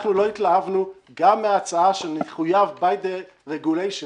אנחנו לא התלהבנו גם מההצעה של חיוב ברגולציה